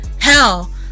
Hell